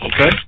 Okay